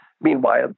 meanwhile